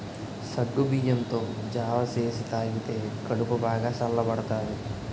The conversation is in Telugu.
సగ్గుబియ్యంతో జావ సేసి తాగితే కడుపు బాగా సల్లబడతాది